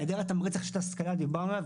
היעדר התמריץ לרכישת השכלה, דיברנו עליו.